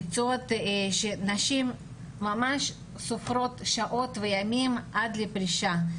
מקצועות שנשים ממש סופרות שעות וימים עד לפרישה.